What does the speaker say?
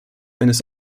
eines